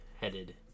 headed